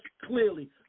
clearly